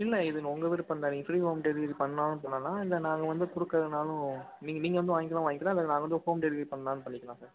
இல்லை இது உங்கள் விருப்பம் தான் ஃப்ரீ ஹோம் டெலிவரி பண்ணாலும் பண்ணலாம் இல்லை நாங்கள் வந்து கொடுக்குறதுனாலும் நீ நீங்கள் வந்து வாங்கிக்கலாம் வாங்கிக்கலாம் இல்லை நான் வந்து ஹோம் டெலிவரி பண்ணாலும் பண்ணிக்கலாம் சார்